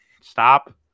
Stop